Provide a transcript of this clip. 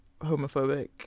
homophobic